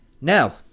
Now